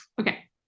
Okay